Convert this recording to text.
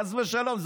חס ושלום.